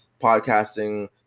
podcasting